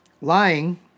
Lying